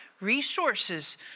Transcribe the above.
resources